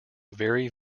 very